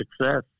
success